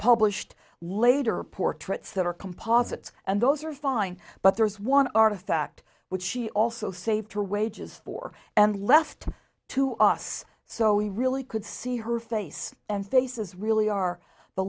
published later portraits that are composites and those are fine but there is one artifact which she also saved her wages for and left to us so we really could see her face and faces really are the